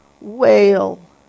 wail